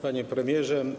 Panie Premierze!